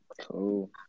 Cool